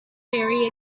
very